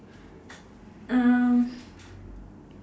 um